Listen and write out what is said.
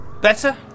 Better